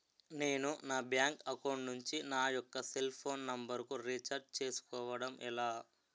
నేను నా bank account నుంచి నా యెక్క సెల్ ఫోన్ నంబర్ కు రీఛార్జ్ చేసుకోవడం ఎలా?